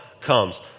comes